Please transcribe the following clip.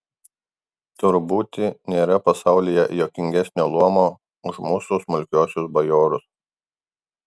tur būti nėra pasaulyje juokingesnio luomo už mūsų smulkiuosius bajorus